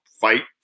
fight